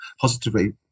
positively